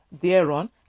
thereon